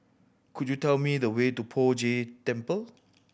could you tell me the way to Poh Jay Temple